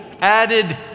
added